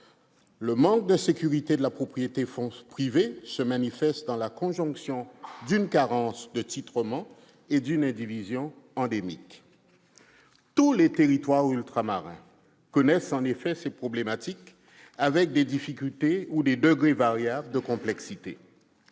Le manque de sécurité de la propriété privée se manifeste dans la conjonction d'une carence de titrement et d'une indivision endémique. » Tous les territoires ultramarins connaissent en effet ces problématiques, avec des degrés variables de complexité.